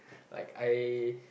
like I